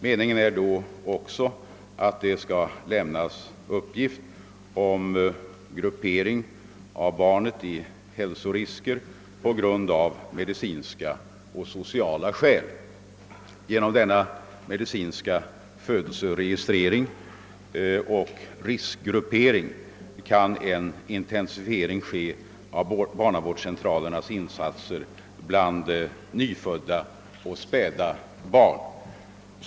Avsikten är att därvid också skall lämnas uppgift om gruppering av barnen med avseende på hälsorisker på medicinska och sociala grunder. Genom denna medicinska födelseregistrering och riskgruppering kan en intensifiering av barnavårdscentralernas insatser bland nyfödda och späda barn ske.